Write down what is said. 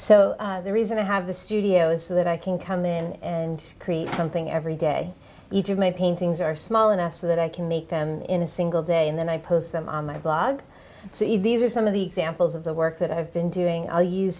so the reason i have the studio is that i can come in and create something every day each of my paintings are small enough so that i can make them in a single day and then i post them on my blog see these are some of the examples of the work that i've been doing i'll use